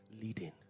leading